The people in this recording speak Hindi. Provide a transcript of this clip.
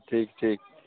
ठीक ठीक